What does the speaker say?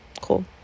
cool